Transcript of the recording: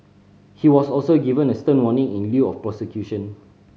he was also given a stern warning in lieu of prosecution